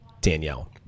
Danielle